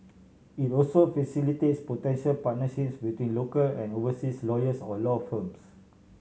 it also facilitates potential partnerships between local and overseas lawyers or law firms